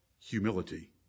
Humility